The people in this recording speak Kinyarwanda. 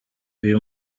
uyu